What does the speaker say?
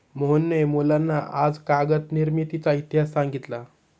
मोहनने मुलांना आज कागद निर्मितीचा इतिहास सांगितला